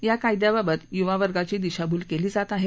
या कायद्याबाबत युवा वर्गाची दिशाभूल केली जात आहे